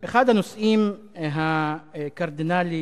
אחד הנושאים הקרדינליים,